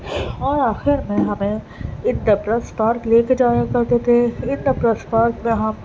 اور آخر میں ہمیں ایک ڈپرس اسٹارک لے کے جایا کرتے تھے ان ڈپرس اسٹارک میں ہم